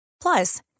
Plus